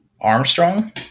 Armstrong